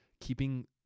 keeping